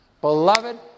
beloved